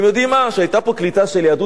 כשהיתה פה קליטה של יהדות אתיופיה,